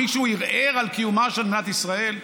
מישהו ערער על קיומה של מדינת ישראל?